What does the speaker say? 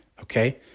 okay